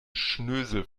schnösel